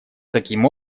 таким